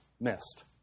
missed